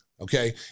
okay